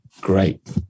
Great